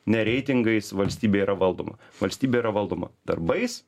ne reitingais valstybė yra valdoma valstybė yra valdoma darbais